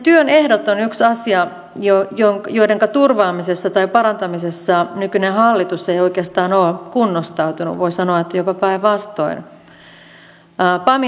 työn ehdot on yksi asia jonka turvaamisessa tai parantamisessa nykyinen hallitus ei oikeastaan ole kunnostautunut voi sanoa että jopa päinvastoin